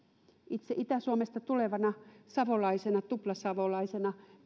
itse itä suomesta tulevana savolaisena tuplasavolaisena